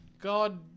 God